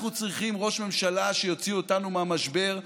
אנחנו צריכים ראש ממשלה שיוציא אותנו מהמשבר,